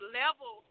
level